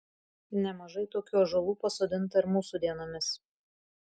nemažai tokių ąžuolų pasodinta ir mūsų dienomis